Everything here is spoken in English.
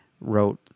wrote